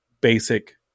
basic